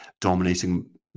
dominating